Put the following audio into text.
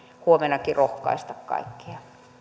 huomennakin rohkaista kaikkia